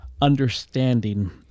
understanding